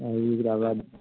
आ ओकराबाद